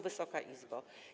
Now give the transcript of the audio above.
Wysoka Izbo!